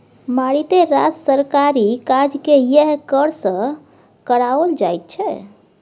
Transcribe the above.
मारिते रास सरकारी काजकेँ यैह कर सँ कराओल जाइत छै